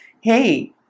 hey